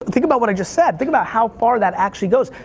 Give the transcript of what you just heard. think about what i just said. think about how far that actually goes.